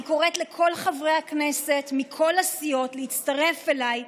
אני קוראת לכל חברי הכנסת מכל הסיעות להצטרף אליי,